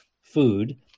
food